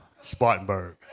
Spartanburg